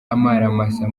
amaramasa